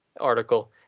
article